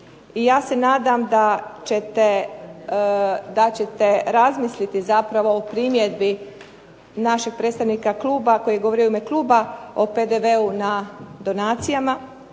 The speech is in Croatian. I ja se nadam da ćete razmisliti zapravo o primjedbi našeg predstavnika kluba koji je govorio u ime kluba o PDV-u na donacijama,